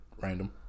random